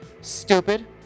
stupid